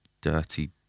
dirty